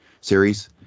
series